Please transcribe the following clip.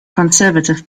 conservative